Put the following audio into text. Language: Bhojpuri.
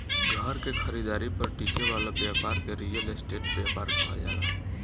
घर के खरीदारी पर टिके वाला ब्यपार के रियल स्टेट ब्यपार कहल जाला